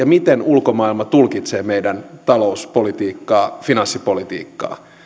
miten ulkomaailma tulkitsee meidän talouspolitiikkaa finanssipolitiikkaa